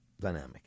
dynamic